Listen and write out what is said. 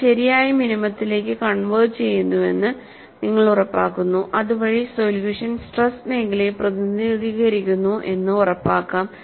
നമ്മൾ ശരിയായ മിനിമത്തിലേക്ക് കൺവെർജ് ചെയ്തുവെന്ന് നിങ്ങൾ ഉറപ്പാക്കുന്നു അതുവഴി സൊല്യൂഷൻ സ്ട്രെസ് മേഖലയെ പ്രതിനിധീകരിക്കുന്നു എന്ന് ഉറപ്പിക്കാം